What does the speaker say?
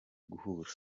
guhura